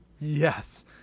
Yes